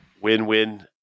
win-win